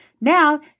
Now